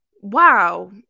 wow